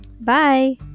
Bye